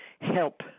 help